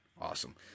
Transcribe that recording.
Awesome